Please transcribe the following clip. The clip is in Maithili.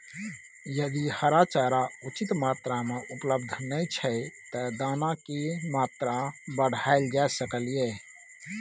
यदि हरा चारा उचित मात्रा में उपलब्ध नय छै ते दाना की मात्रा बढायल जा सकलिए?